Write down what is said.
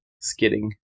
skidding